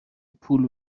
پول